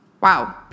wow